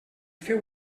feu